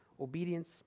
obedience